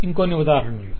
ఇంకొన్ని ఉదాహరణలు